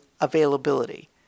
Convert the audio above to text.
availability